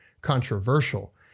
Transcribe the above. controversial